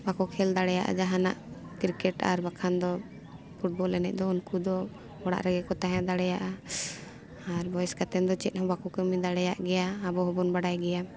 ᱵᱟᱠᱚ ᱠᱷᱮᱞ ᱫᱟᱲᱮᱭᱟᱜᱼᱟ ᱡᱟᱦᱟᱱᱟᱜ ᱠᱨᱤᱠᱮᱴ ᱟᱨ ᱵᱟᱠᱷᱟᱱ ᱫᱚ ᱯᱷᱩᱴᱵᱚᱞ ᱮᱱᱮᱡ ᱫᱚ ᱩᱱᱠᱩ ᱫᱚ ᱚᱲᱟᱜ ᱨᱮᱜᱮ ᱠᱚ ᱛᱟᱦᱮᱸ ᱫᱟᱲᱮᱭᱟᱜᱼᱟ ᱟᱨ ᱵᱚᱭᱮᱥ ᱠᱟᱛᱮᱫ ᱫᱚ ᱪᱮᱫ ᱦᱚᱸ ᱵᱟᱠᱚ ᱠᱟᱹᱢᱤ ᱫᱟᱲᱮᱭᱟᱜ ᱜᱮᱭᱟ ᱟᱵᱚ ᱦᱚᱸᱵᱚᱱ ᱵᱟᱲᱟᱭ ᱜᱮᱭᱟ